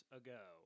ago